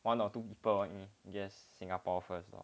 one or two people you yes Singapore first lor